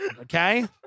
okay